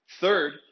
Third